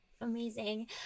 Amazing